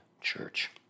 church